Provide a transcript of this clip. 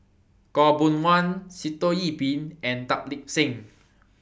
Khaw Boon Wan Sitoh Yih Pin and Tan Lip Seng